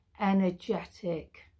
energetic